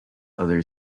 other